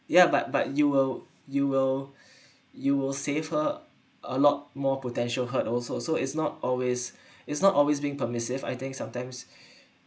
yeah but but you will you will you will save her a lot more potential hurt also so it's not always it's not always being permissive I think sometimes